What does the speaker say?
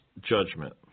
judgment